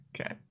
okay